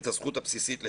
את הזכות הבסיסית לחינוך,